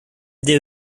they